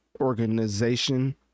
organization